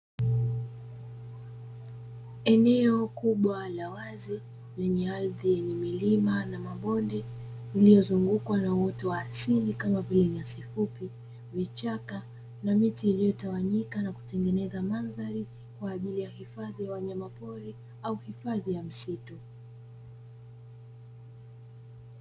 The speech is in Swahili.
Eneo kubwa la wazi lenye ardhi yenye milima na mabonde lililozungukwa na uoto wa asili kama vile: nyasi fupi, vichaka na miti iliyotawanyika na kutengeneza mandhari kwa ajili ya hifadhi ya wanyamapori au hifadi ya msitu.